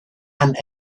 and